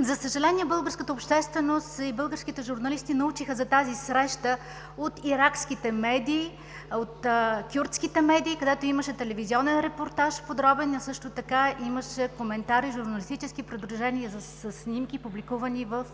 За съжаление, българската общественост и българските журналисти научиха за тази среща от иракските медии, от кюрдските медии, където имаше подробен телевизионен репортаж, а също така имаше и журналистически коментари, придружени със снимки, публикувани в